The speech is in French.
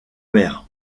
mer